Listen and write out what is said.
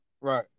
Right